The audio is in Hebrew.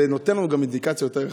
זה גם נותן לנו אינדיקציה יותר רחבה.